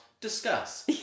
discuss